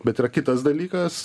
bet yra kitas dalykas